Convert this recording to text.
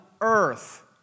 earth